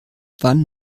wann